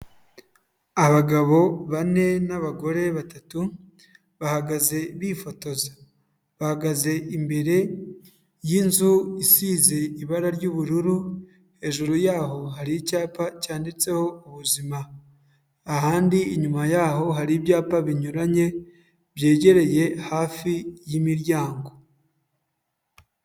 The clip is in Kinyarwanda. Abagabo bane n'abagore batatu, bahagaze bifotoza, bahagaze imbere y'inzu isize ibara ry'ubururu, hejuru yaho hari icyapa cyanditseho ubuzima, ahandi inyuma yaho hari ibyapa binyuranye byegereye hafi y'imiryango.